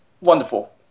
wonderful